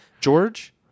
George